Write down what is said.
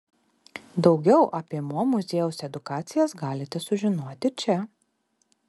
daugiau apie mo muziejaus edukacijas galite sužinoti čia